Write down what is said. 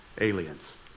aliens